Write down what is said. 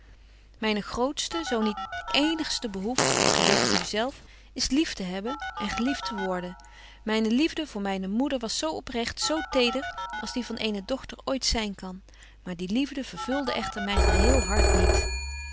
myne grootste zo niet eenigste behoefte gy weet het nu zelf is lief te hebben en gelieft te worden myne liefde voor myne moeder was zo oprecht zo teder als die van eene dochter ooit zyn kan maar die liefde vervulde echter myn geheel hart niet